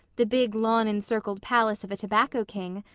the big lawn-encircled palace of a tobacco king,